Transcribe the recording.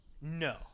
No